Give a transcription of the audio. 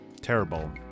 terrible